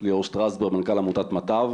שטרסברג, מנכ"ל עמותת מטב.